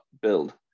build